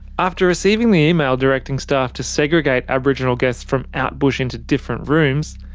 after receiving the email directing staff to segregate aboriginal guests from out bush into different rooms,